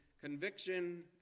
Conviction